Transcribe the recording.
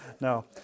no